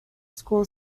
school